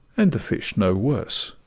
and the fish no worse.